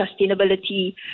sustainability